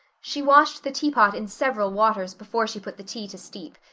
she washed the teapot in several waters before she put the tea to steep.